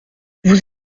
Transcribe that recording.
vous